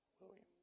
William